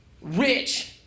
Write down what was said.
rich